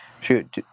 Shoot